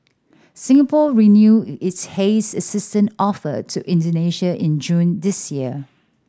Singapore renewed its haze assistance offer to Indonesia in June this year